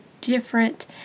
different